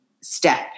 step